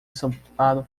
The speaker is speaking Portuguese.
estampado